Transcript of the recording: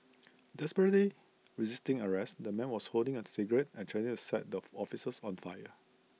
desperately resisting arrest the man was holding A cigarette and threatening to set the officers on fire